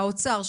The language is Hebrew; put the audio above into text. האוצר,